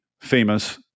famous